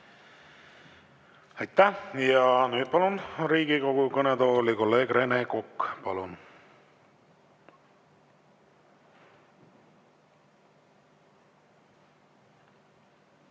Aitäh! Ja nüüd palun Riigikogu kõnetooli kolleeg Rene Koka. Palun!